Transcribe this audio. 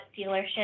dealership